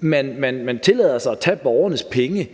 man tillader sig at tage borgernes penge